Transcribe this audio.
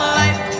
light